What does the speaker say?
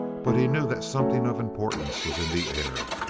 but he knew that something of importance was in the air.